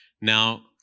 Now